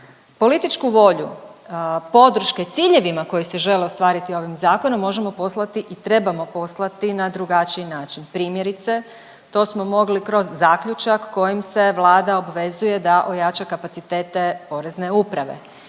Političku volju podrške ciljevima koji se žele ostvariti ovim zakonom možemo poslati i trebamo poslati na drugačiji način primjerice to smo mogli kroz zaključak kojim se Vlada obvezuje da ojača kapacitete Porezne uprave